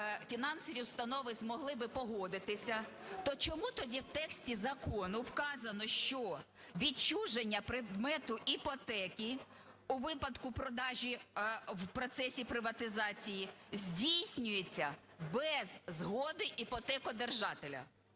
фінансові установи змогли би погодитися, то чому тоді в тексті закону вказано, що відчуження предмету іпотеки у випадку продажі в процесі приватизації здійснюється без згоди іпотекодержателя?